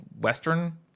western